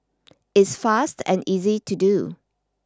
it's fast and easy to do